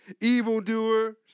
evildoers